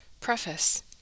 preface